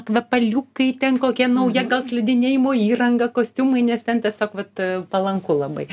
kvepaliukai ten kokie nauja gal slidinėjimo įranga kostiumai nes ten tiesiog vat palanku labai